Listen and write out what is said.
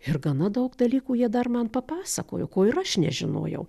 ir gana daug dalykų jie dar man papasakojo ko ir aš nežinojau